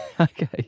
Okay